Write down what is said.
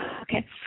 Okay